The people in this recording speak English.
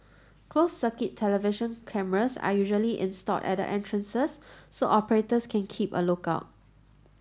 closed circuit television cameras are usually installed at the entrances so operators can keep a look out